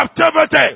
captivity